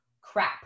crap